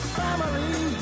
family